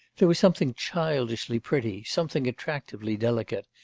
there was something childishly pretty, something attractively delicate,